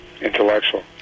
intellectual